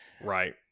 Right